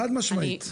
חד משמעית.